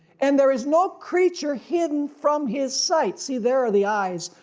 and there is no creature hidden from his sight, see there are the eyes,